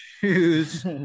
choose